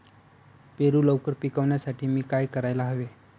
पेरू लवकर पिकवण्यासाठी मी काय करायला हवे?